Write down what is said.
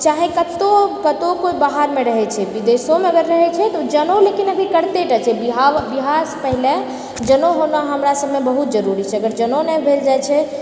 चाहे कतहुँ कतहुँ कोइ बाहरमे रहै छै विदेशोमे अगर रहै छै तऽ ओ जनेउ लेकिन अभी करिते टा छै बियाहसँ पहिले जनेउ हमरा सबमे बहुत जरुरी छै अगर जनेउ नहि भेल जाय छै